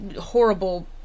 Horrible